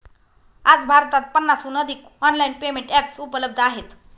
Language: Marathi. आज भारतात पन्नासहून अधिक ऑनलाइन पेमेंट एप्स उपलब्ध आहेत